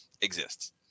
exists